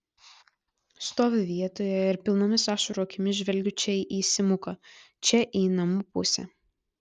stoviu vietoje ir pilnomis ašarų akimis žvelgiu čia į simuką čia į namų pusę